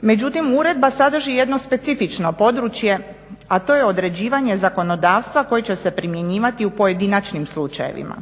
međutim uredba sadrži jedno specifično područje, a to je određivanje zakonodavstva koje će se primjenjivati u pojedinačnim slučajevima.